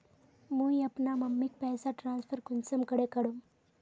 मुई अपना मम्मीक पैसा ट्रांसफर कुंसम करे करूम?